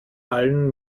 allen